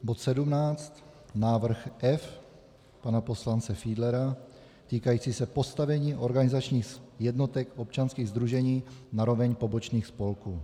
Bod 17 návrh F pana poslance Fiedlera týkající se postavení organizačních jednotek občanských sdružení na roveň pobočných spolků.